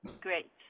Great